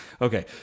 Okay